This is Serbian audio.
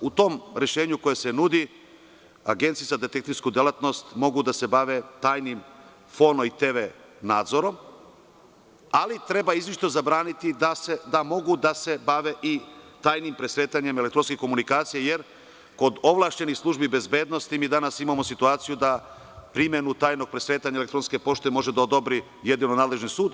U tom rešenju koje se nudi, agencije za detektivsku delatnost mogu da se bave tajnim fono i tv nadzorom, ali treba izričito zabraniti da mogu da se bave i tajnim presretanjem elektronske komunikacije, jer kod ovlašćenih službi bezbednosti mi danas imamo situaciju da primenu tajnog presretanja elektronske pošte može da odobri jedino nadležni sud.